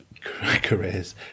careers